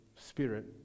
spirit